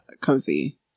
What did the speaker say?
cozy